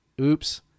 oops